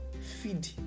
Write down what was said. feed